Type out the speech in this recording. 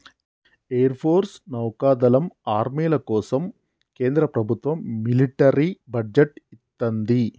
air force, నౌకాదళం, ఆర్మీల కోసం కేంద్ర ప్రభత్వం మిలిటరీ బడ్జెట్ ఇత్తంది